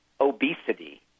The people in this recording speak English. obesity